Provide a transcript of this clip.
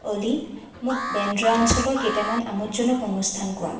অ'লি মোক বেন্দ্ৰা অঞ্চলৰ কেইটামান আমোদজনক অনুস্থান কোৱা